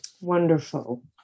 Wonderful